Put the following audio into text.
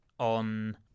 on